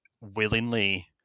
willingly